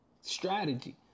strategy